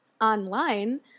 online